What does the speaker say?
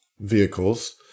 vehicles